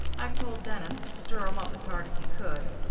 i've told dennis to stir em up as hard as he could.